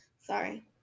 Sorry